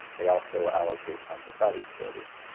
they also allocate some to private utilities.